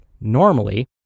normally